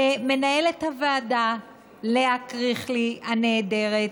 למנהלת הוועדה לאה קריכלי הנהדרת,